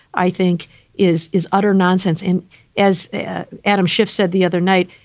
i think is is utter nonsense. and as the adam schiff said the other night,